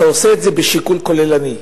אתה עושה את זה בשיקול כוללני,